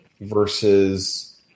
versus